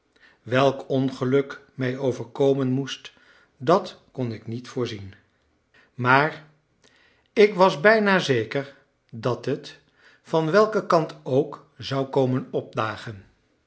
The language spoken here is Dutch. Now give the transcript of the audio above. welk ongeluk mij overkomen moest dat kon ik niet voorzien maar ik was bijna zeker dat het van welken kant ook zou komen opdagen